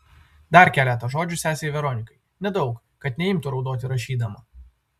dar keletą žodžių sesei veronikai nedaug kad neimtų raudoti rašydama